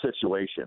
situation